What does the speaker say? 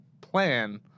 plan